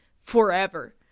forever